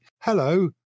hello